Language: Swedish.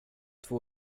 två